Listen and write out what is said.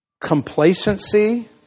complacency